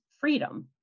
freedom